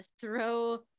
throw